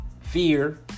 fear